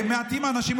מעטים האנשים,